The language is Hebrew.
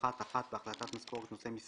התשע"ט-2019; החלטת משכורת נשיא המדינה (הוראת שעה) (תיקון),